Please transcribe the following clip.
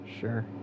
Sure